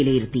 വിലയിരുത്തി